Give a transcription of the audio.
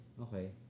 okay